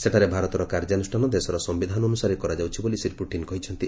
ସେଠାରେ ଭାରତର କାର୍ଯ୍ୟାନ୍ରଷାନ ଦେଶର ସିୟିଧାନ ଅନୁସାରେ କରାଯାଉଛି ବୋଲି ଶ୍ରୀ ପୁଟିନ କହିଛନ୍ତି